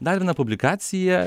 dar viena publikacija